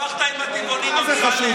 הסתבכת עם הטבעונים, אמסלם, הסתבכת.